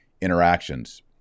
interactions